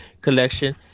collection